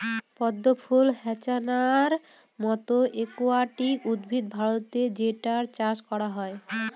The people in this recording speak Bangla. পদ্ম ফুল হ্যাছান্থর মতো একুয়াটিক উদ্ভিদ ভারতে যেটার চাষ করা হয়